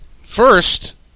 first